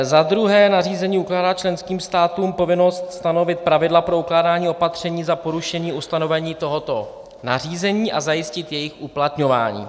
Za druhé nařízení ukládá členským státům povinnost stanovit pravidla pro ukládání opatření za porušení ustanovení tohoto nařízení a zajistit jejich uplatňování.